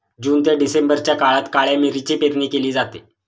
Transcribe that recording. जून ते डिसेंबरच्या काळात काळ्या मिरीची पेरणी केली जाते